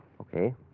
Okay